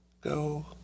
Go